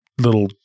little